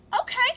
okay